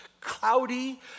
cloudy